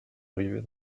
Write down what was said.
arrivaient